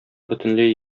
бөтенләй